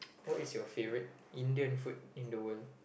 what is your favourite Indian food in the world